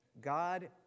God